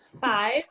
Five